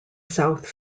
south